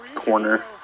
corner